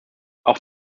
auch